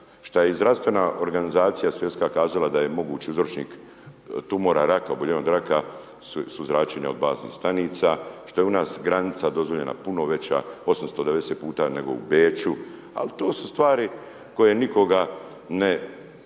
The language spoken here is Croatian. što je i zdravstvena organizacija svjetska kazala da je mogući uzročnik tumora, raka, oboljenja od raka, su zračenja od baznih stanica, što je u nas granica dozvoljena puno veća 890 puta nego u Beču, al to su stvari koje nikoga ne